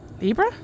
Libra